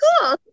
cool